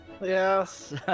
Yes